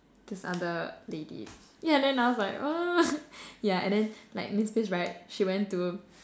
this other lady yeah then I was like yeah and then like miss pris right she went to